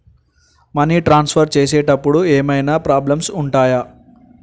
Money transfer చేసేటప్పుడు ఏమైనా problems ఉంటయా?